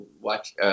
watch